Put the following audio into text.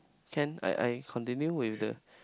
can I I continue with the